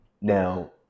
now